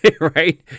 right